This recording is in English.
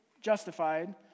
justified